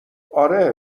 آره